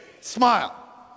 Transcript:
Smile